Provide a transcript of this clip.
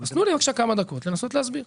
אז תנו לי בבקשה כמה דקות לנסות להסביר.